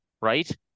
right